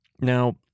now